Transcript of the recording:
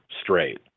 straight